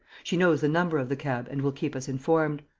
she knows the number of the cab and will keep us informed.